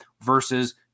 versus